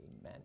Amen